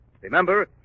Remember